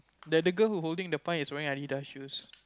that the girl who holding the pie is wearing Adidas shoe